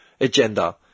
agenda